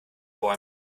bäumen